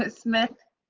but smith?